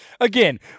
again